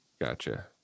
gotcha